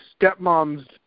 stepmom's